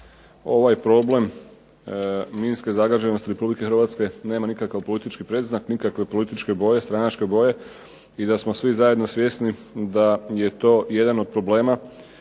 ovaj problem minske zagađenosti Republike Hrvatske nema nikakav politički predznak, nikakve političke boje, stranačke boje i da smo svi zajedno svjesni da je to jedan od problema